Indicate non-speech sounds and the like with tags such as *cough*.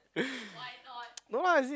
*noise* no lah as in